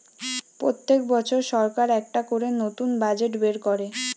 পোত্তেক বছর সরকার একটা করে নতুন বাজেট বের কোরে